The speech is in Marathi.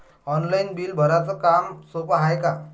ऑनलाईन बिल भराच काम सोपं हाय का?